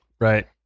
Right